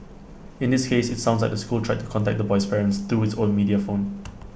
in this case IT sounds like the school tried to contact the boy's parents through his own media phone